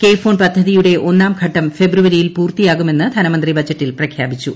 K FON പദ്ധതിയുടെ ഒന്നാം ഘട്ടം ഫെബ്രുവരിയിൽ പൂർത്തിയാകുമെന്ന് ധനമന്ത്രി ബജറ്റിൽ പ്രഖ്യാപിച്ചു